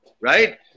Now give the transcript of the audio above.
Right